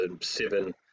seven